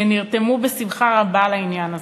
שנרתמו בשמחה רבה לעניין הזה.